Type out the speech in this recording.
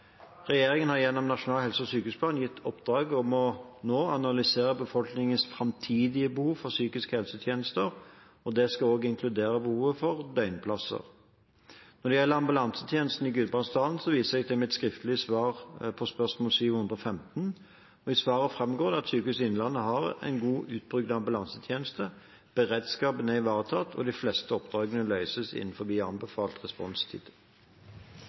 Regjeringen har gjennom nasjonal helse- og sykehusplan gitt et oppdrag om å analysere befolkningens framtidige behov for psykisk helse-tjenester. Det skal også inkludere behovet for døgnplasser. Når det gjelder ambulansetjenesten i Gudbrandsdalen, viser jeg til mitt skriftlige svar på spørsmål 715. I svaret framgår det at Sykehuset Innlandet har en godt utbygd ambulansetjeneste. Beredskapen er ivaretatt, og de fleste oppdragene løses innen anbefalt responstid.